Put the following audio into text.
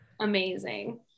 amazing